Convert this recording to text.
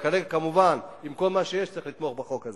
כרגע, כמובן, עם כל מה שיש, צריך לתמוך בחוק הזה.